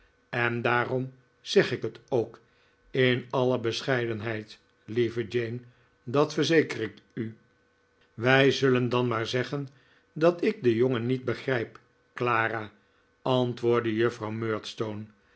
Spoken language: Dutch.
en daarom zeg ik het ook in alle bescheidenheid lieve jane dat verzeker ik u wij zullen dan maar zeggen dat ik den jongen niet begrijp clara antwoordde juffrouw